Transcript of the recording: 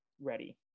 ready